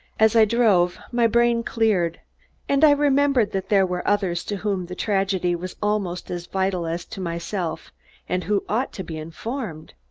as i drove, my brain cleared and i remembered that there were others to whom the tragedy was almost as vital as to myself and who ought to be informed.